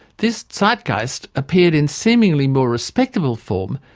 this zeitgeist appeared, in seemingly more respectable form,